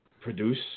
produce